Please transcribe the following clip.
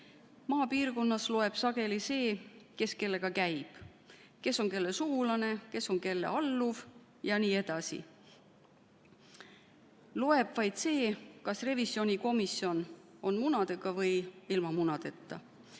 Maapiirkonnas loeb sageli see, kes kellega käib, kes on kelle sugulane, kes on kelle alluv jne. Loeb vaid see, kas revisjonikomisjon on munadega või ilma munadeta.